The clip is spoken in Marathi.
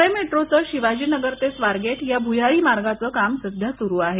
पुणे मेट्रोचं शिवाजीनगर ते स्वारगेट या भूयारी मार्गाचं काम सध्या सुरु आहे